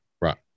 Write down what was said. Right